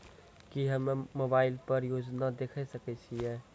की हम्मे मोबाइल पर योजना देखय सकय छियै?